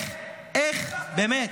הבטחת, איך באמת?